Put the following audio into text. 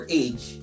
age